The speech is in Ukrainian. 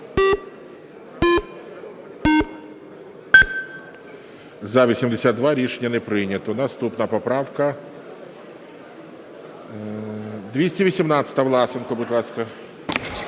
За-82 Рішення не прийнято. Наступна поправка 218-а. Власенко, будь ласка.